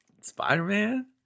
Spider-Man